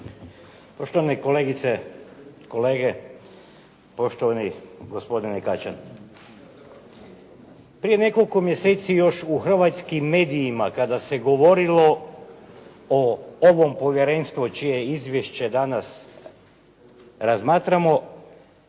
Poštovani kolegice, kolege, poštovani gospodine Kačan. Prije nekoliko mjeseci još u hrvatskim medijima kada se govorilo o ovom povjerenstvu čije izvješće danas razmatram,